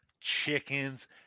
chickens